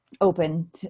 open